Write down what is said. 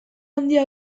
handia